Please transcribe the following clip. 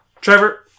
Trevor